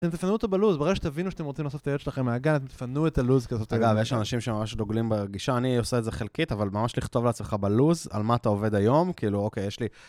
אתם תפנו אותו בלוז, ברגע שתבינו שאתם רוצים לאסוף את הילד שלכם מהגן, אתם תפנו את הלוז כי זה.. אגב, יש אנשים שממש דוגלים בגישה, אני עושה את זה חלקית, אבל ממש לכתוב לעצמך בלוז על מה אתה עובד היום, כאילו אוקיי, יש לי...